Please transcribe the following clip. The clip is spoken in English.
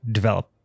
develop